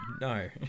No